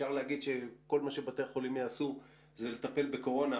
אפשר להגיד שכל מה שבתי החולים יעשו זה לטפל בקורונה,